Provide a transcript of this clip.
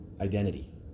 identity